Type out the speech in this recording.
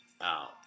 out